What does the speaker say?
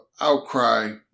outcry